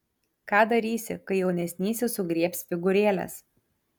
ką darysi kai jaunesnysis sugriebs figūrėles